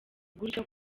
gutyo